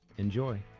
enjoy!